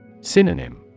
Synonym